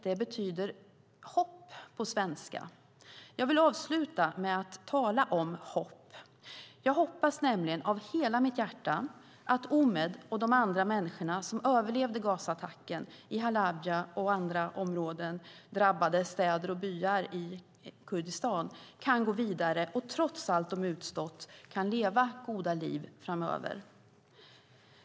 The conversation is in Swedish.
Det betyder hopp på svenska. Jag vill avsluta med att tala om hopp. Jag hoppas nämligen av hela mitt hjärta att Omed och de andra människorna som överlevde gasattacken i Halabja och andra områden, drabbade städer och byar i Kurdistan, kan gå vidare och trots allt de utstått leva goda liv framöver.